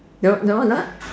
no no not